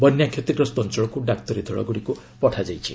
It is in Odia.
ବନ୍ୟା କ୍ଷତିଗ୍ରସ୍ତ ଅଞ୍ଚଳକୁ ଡାକ୍ତରୀ ଦଳଗୁଡ଼ିକୁ ପଠାଯାଇଛି